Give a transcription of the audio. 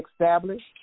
established